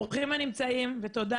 ותודה